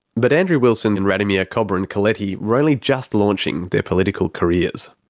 but andrew wilson and radomir kobryn-coletti were only just launching their political careers.